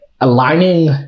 Aligning